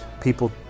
people